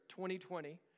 2020